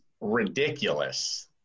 ridiculous